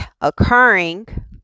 occurring